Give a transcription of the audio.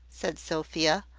said sophia,